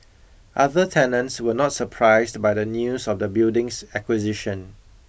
other tenants were not surprised by the news of the building's acquisition